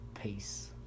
Peace